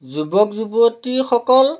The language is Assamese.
যুৱক যুৱতীসকল